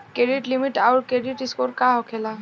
Credit limit आउर credit score का होखेला?